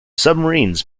submarines